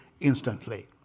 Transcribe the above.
instantly